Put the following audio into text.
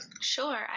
Sure